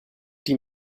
die